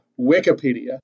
Wikipedia